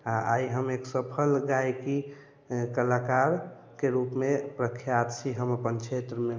आ आइ हम एक सफल गायकी कलाकारके रूपमे प्रख्यात छी हम अपन क्षेत्रमे